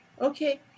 Okay